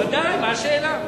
בוודאי, מה השאלה.